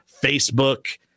Facebook